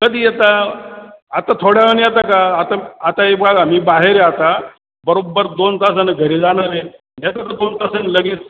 कधी येता आत्ता थोड्या वेळानं येता का आता आता हे बघा मी बाहेर आहे आता बरोबर दोन तासानं घरी जाणार आहे येता का दोन तासांनी लगेच